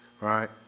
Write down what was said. Right